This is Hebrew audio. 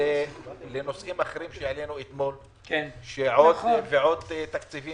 לנושאים אחרים שהעלינו אתמול כאשר יש עוד ועוד תקציבים